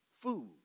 food